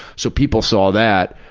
so people saw that,